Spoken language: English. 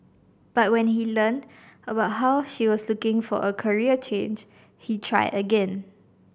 but when he learnt about how she was looking for a career change he tried again